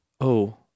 Oh